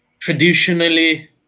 traditionally